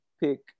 pick